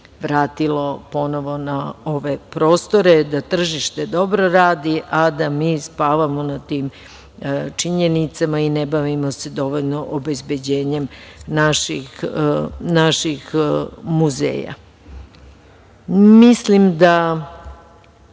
vratilo ponovo na ove prostore, da tržište dobro radi, a da mi spavamo na tim činjenicama i ne bavimo se dovoljno obezbeđenjem naših muzeja. Mislim da